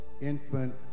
Infant